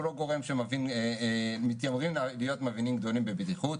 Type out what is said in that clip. לא גורם שמתיימר להיות מבין גדול בבטיחות,